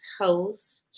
host